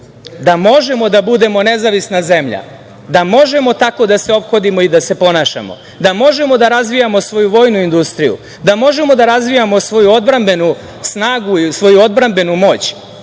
da možemo da budemo nezavisna zemlja, da možemo tako da se ophodimo i da se ponašamo, da možemo da razvijamo svoju vojnu industriju, da možemo da razvijamo svoju odbrambenu snagu i svoju odbrambenu moć,